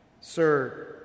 Sir